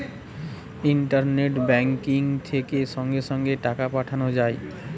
internet banking থেকে সঙ্গে সঙ্গে টাকা পাঠানো যায়